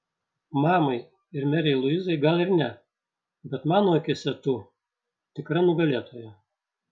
mamai ir merei luizai gal ir ne bet mano akyse tu tikra nugalėtoja